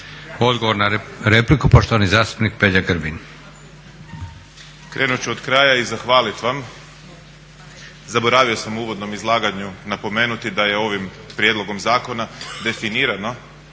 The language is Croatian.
Odgovor na repliku, poštovani zastupnik Peđa Grbin. **Grbin, Peđa (SDP)** Krenut ću od kraja i zahvalit vam, zaboravio sam u uvodnom izlaganju napomenuti da je ovim prijedlogom zakona definirano